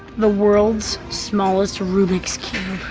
the world's smallest rubik's cube.